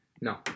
No